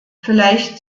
vielleicht